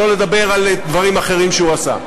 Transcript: שלא לדבר על דברים אחרים שהוא עשה.